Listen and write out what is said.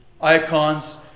icons